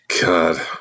God